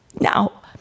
Now